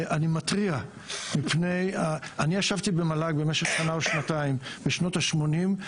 אני ישבתי במל"ג במשך שנה או שנתיים בשנות ה-80',